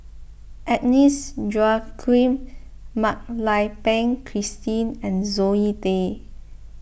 Agnes Joaquim Mak Lai Peng Christine and Zoe Tay